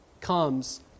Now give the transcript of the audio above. comes